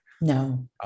No